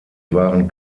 waren